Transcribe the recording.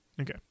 Okay